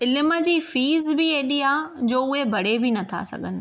इल्म जी फीस बि एॾी आहे जो उहे भरे बि नथा सघनि